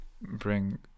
bring